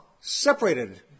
separated